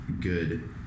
good